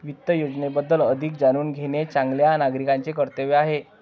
वित्त योजनेबद्दल अधिक जाणून घेणे चांगल्या नागरिकाचे कर्तव्य आहे